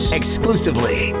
exclusively